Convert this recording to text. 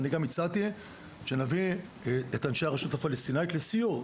אני גם הצעתי שנביא את אנשי הרשות הפלסטינאית לסיור.